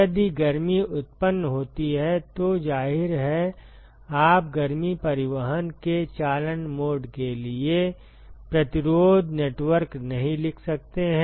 यदि गर्मी उत्पन्न होती है तो जाहिर है आप गर्मी परिवहन के चालन मोड के लिए प्रतिरोध नेटवर्क नहीं लिख सकते हैं